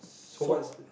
so what's